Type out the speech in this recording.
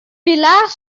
pilaar